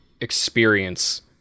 experience